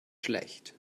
schlecht